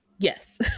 Yes